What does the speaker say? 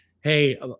Hey